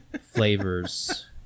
flavors